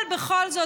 אבל בכל זאת.